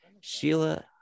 sheila